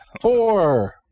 Four